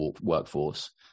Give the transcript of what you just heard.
workforce